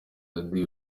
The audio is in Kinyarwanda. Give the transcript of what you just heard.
daddy